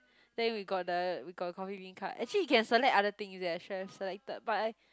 then we got the we got the coffee-bean card actually you can select other things there I should have selected but I